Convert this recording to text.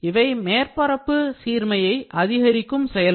இவை மேற்பரப்பு சீர்மையை அதிகரிக்கும் செயல்கள்